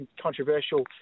controversial